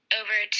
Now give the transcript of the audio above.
over